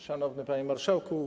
Szanowny Panie Marszałku!